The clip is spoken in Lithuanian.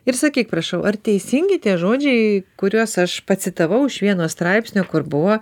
ir sakyk prašau ar teisingi tie žodžiai kuriuos aš pacitavau iš vieno straipsnio kur buvo